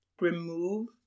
remove